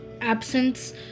absence